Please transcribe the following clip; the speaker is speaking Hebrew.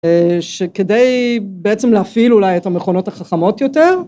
שכדי בעצם להפעיל אולי את המכונות החכמות יותר.